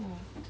orh